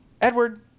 Edward